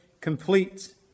complete